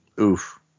Oof